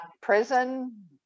prison